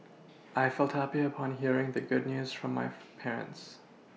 I felt happy upon hearing the good news from my parents